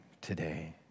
today